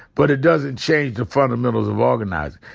but it doesn't change the fundamentals of organizing.